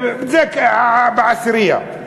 זה בעשירייה.